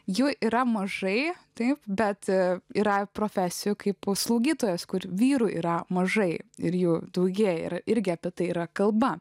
jų yra mažai taip bet yra profesijų kaip slaugytojos kur vyrų yra mažai ir jų daugėja ir irgi apie tai yra kalba